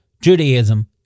Judaism